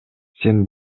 сен